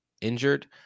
injured